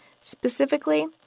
Specifically